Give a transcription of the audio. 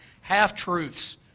half-truths